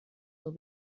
will